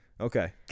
Okay